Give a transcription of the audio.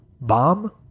bomb